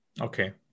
Okay